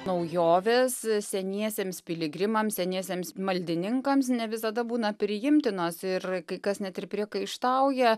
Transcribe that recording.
naujovės seniesiems piligrimams seniesiems maldininkams ne visada būna priimtinos ir kai kas net ir priekaištauja